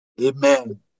Amen